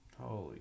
Holy